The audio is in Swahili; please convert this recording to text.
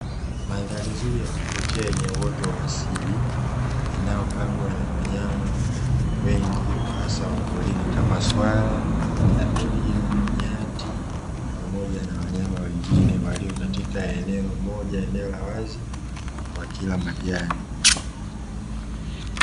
Mandhari nzuri ya kuvutia yenye uoto wa asili inayopabwa na wanyama wengi hasa wa porini kama swala, pundamilia, nyati pamoja na wanyama wengine walio katika eneo moja eneo la wazi wakila majani.